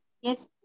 yes